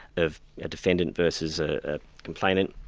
of a defendant versus a complainant,